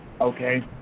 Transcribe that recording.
okay